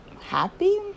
happy